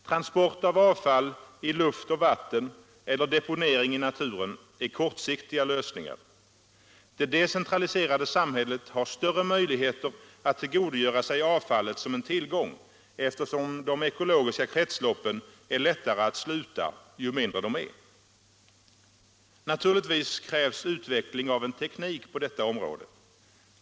Transport av avfall i luft och vatten eller deponering i naturen är kortsiktiga lösningar. Det decentraliserade samhället har större möjligheter att tillgodogöra sig avfallet som en tillgång, eftersom de ekologiska kretsloppen är lättare att sluta ju mindre de är. Naturligtvis krävs utveckling av en teknik på detta område.